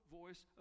voice